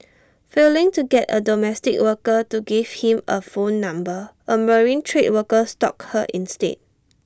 failing to get A domestic worker to give him A phone number A marine trade worker stalked her instead